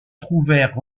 trouvèrent